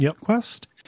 quest